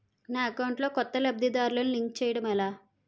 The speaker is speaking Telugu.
నా అకౌంట్ లో కొత్త లబ్ధిదారులను లింక్ చేయటం ఎలా?